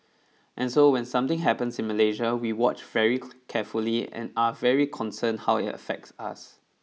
and so when something happens in Malaysia we watch very carefully and are very concerned how it affects us